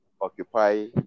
occupy